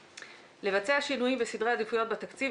"לבצע שינויים וסדרי עדיפויות בתקציב,